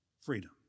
Freedom